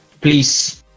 please